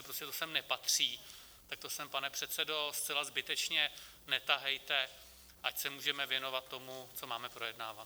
Prostě to sem nepatří, tak to sem, pane předsedo, zcela zbytečně netahejte, ať se můžeme věnovat tomu, co máme projednávat.